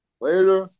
Later